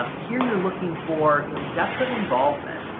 um here you're looking for you know depth of involvement.